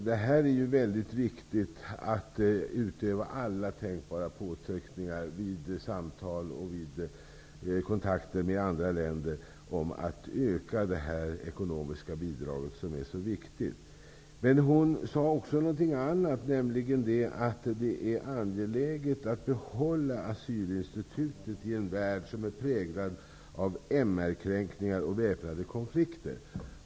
Det är väldigt viktigt att utöva alla tänkbara påtryckningar vid samtal och kontakter med andra länder för att öka det här ekonomiska bidraget, som är så angeläget. UNHCR:s kommissarie sade också någonting annat, nämligen att det är angeläget att behålla asylinstitutet i en värld som är präglad av MR kränkningar och väpnade konflikter.